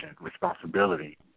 responsibility